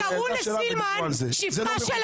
כשקראו לסילמן שפחה של